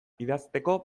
idazteko